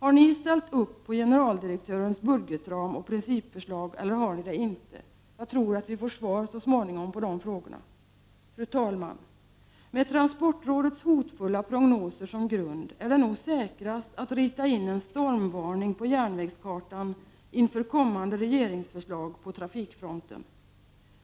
Har ni ställt upp på generaldirektörens budgetram och principförslag eller har ni det inte? Jag tror att vi så småningom får svar på de frågorna. Fru talman! Med transportrådets hotfulla prognoser som grund är det nog säkrast att rita in en stormvarning på järnvägskartan inför kommande regeringsförslag på trafikfronten.